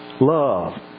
Love